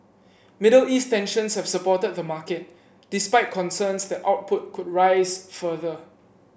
Middle East tensions have supported the market despite concerns that output could rise further